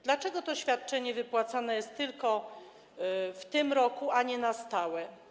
Dlaczego to świadczenie wypłacane jest tylko w tym roku, a nie zostaje na stałe?